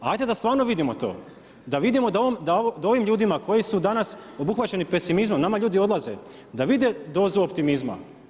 Hajde da stvarno vidimo to, da vidimo da ovim ljudima koji su danas obuhvaćeni pesimizmom, nama ljudi odlaze, da vide dozu optimizma.